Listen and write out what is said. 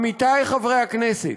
עמיתי חברי הכנסת,